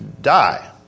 die